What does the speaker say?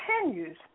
continues